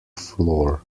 floor